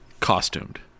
costumed